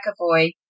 McAvoy